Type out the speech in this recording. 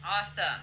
Awesome